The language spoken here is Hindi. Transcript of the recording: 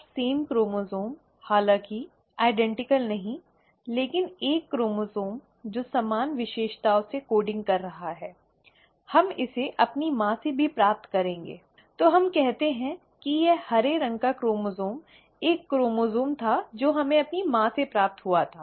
अब समान क्रोमोसोम् हालांकि समान नहीं लेकिन एक क्रोमोसोम् जो समान विशेषताओं से कोडिंग कर रहा है हम इसे अपनी माँ से भी प्राप्त करेंगे ठीक है तो हम कहते हैं कि यह हरे रंग का क्रोमोसोम् एक क्रोमोसोम् था जो हमें अपनी माँ से प्राप्त हुआ था